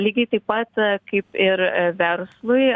lygiai taip pat kaip ir verslui